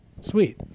Sweet